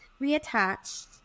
reattached